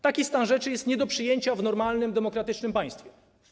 Taki stan rzeczy jest nie do przyjęcia w normalnym, demokratycznym państwie.